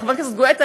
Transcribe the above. חבר הכנסת גואטה,